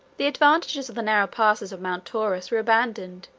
the advantages of the narrow passes of mount taurus were abandoned,